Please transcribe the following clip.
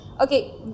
Okay